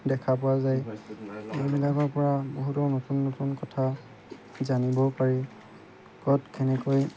দেখা পোৱা যায় এইবিলাকৰপৰা বহুতো নতুন নতুন কথা জানিবও পাৰি ক'ত কেনেকৈ